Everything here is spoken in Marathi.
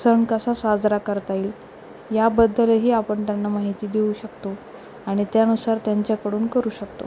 सण कसा साजरा करता येईल याबद्दलही आपण त्यांना माहिती देऊ शकतो आणि त्यानुसार त्यांच्याकडून करू शकतो